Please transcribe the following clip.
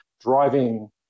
driving